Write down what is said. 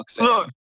Look